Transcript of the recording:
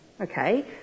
Okay